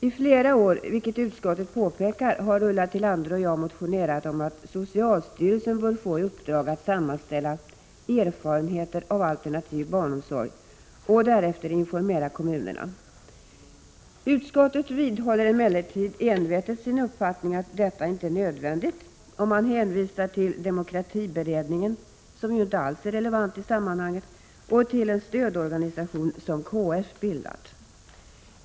I flera år, vilket utskottet påpekar, har Ulla Tillander och jag motionerat om att socialstyrelsen bör få i uppdrag att sammanställa erfarenheter av alternativ barnomsorg och därefter informera kommunerna. Utskottet vidhåller emellertid envetet sin uppfattning att detta inte är nödvändigt, och man hänvisar till demokratiberedningen, som ju inte alls är relevant i sammanhanget, och till en stödorganisation som KF bildat.